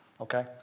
Okay